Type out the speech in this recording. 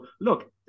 look